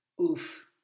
oof